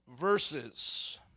verses